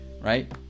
right